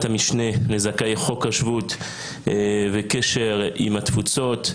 המשנה לזכאי חוק השבות וקשר עם התפוצות,